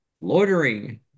Loitering